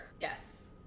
yes